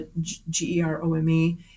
g-e-r-o-m-e